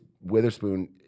Witherspoon